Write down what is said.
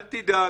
אל תדאג,